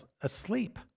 asleep